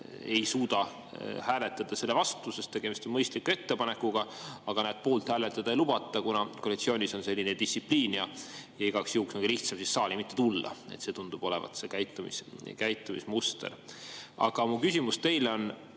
ei suuda hääletada selle vastu, sest tegemist on mõistliku ettepanekuga. Aga poolt hääletada ei lubata, kuna koalitsioonis on selline distsipliin ja igaks juhuks on lihtsam saali mitte tulla. See tundub olevat see käitumismuster. Aga mu küsimus teile on